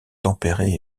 tempérées